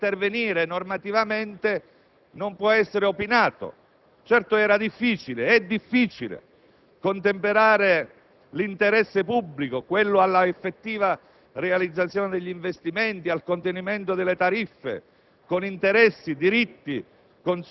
Pertanto, che occorresse intervenire normativamente non può essere opinato. Certo, era ed è difficile contemperare l'interesse pubblico, quello all'effettiva realizzazione degli investimenti e al contenimento delle tariffe,